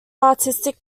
artistic